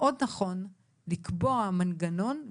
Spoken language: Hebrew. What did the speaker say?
מאוד נכון לקבוע מנגנון,